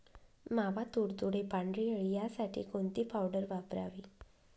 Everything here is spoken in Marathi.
मावा, तुडतुडे, पांढरी अळी यासाठी कोणती पावडर वापरावी?